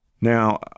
Now